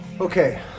Okay